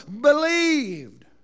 believed